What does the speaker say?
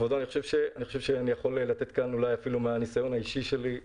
אני חושב שאני יכול לתת כאן אולי אפילו מהניסיון האישי שלי.